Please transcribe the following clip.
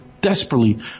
desperately